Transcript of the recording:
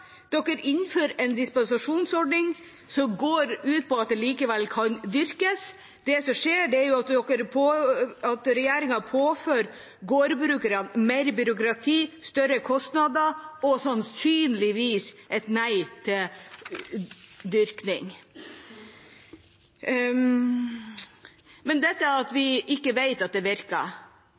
innfører en dispensasjonsordning som går ut på at det likevel kan dyrkes. Det som skjer, er at regjeringa påfører gårdbrukerne mer byråkrati, større kostnader og sannsynligvis et nei til dyrking. Til det at vi ikke vet om det virker: